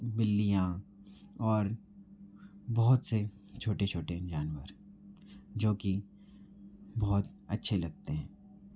बिल्लियाँ और बहुत से छोटे छोटे जानवर जो कि बहुत अच्छे लगते हैं